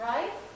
Right